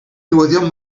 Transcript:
newyddion